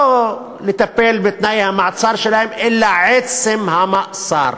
לא לטפל בתנאי המעצר שלהם אלא על עצם המעצר.